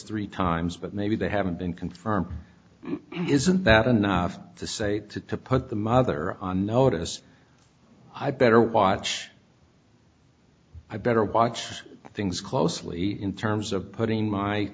three times but maybe they haven't been confirmed isn't that enough to say to put the mother on notice i better watch i better watch things closely in terms of putting my